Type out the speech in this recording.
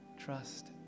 trust